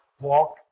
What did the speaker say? walk